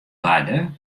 barde